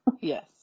Yes